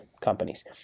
companies